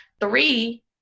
Three